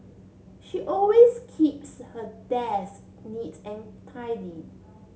she always keeps her desk neat and tidy